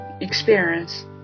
experience